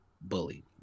bully